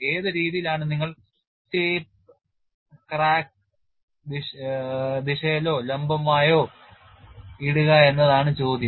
ഏത് രീതിയിലാണ് നിങ്ങൾ ടേപ്പ് ക്രാക്ക് ദിശയിലോ ലംബമായോ ഇടുക എന്നതാണ് ചോദ്യം